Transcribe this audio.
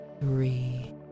three